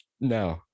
no